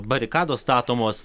barikados statomos